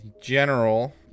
General